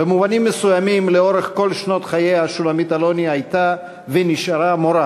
במובנים מסוימים לאורך כל שנות חייה שולמית אלוני הייתה ונשארה מורה.